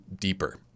deeper